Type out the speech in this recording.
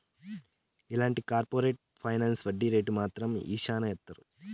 ఇలాంటి corporate finance వడ్డీ రేటు మాత్రం శ్యానా ఏత్తారు